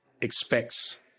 expects